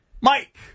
Mike